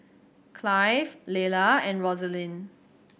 Clive Lelah and Rosaline